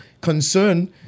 concern